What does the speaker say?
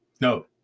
No